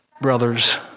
brothers